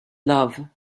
love